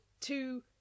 two